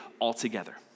altogether